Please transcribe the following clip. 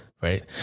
right